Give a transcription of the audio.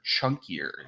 chunkier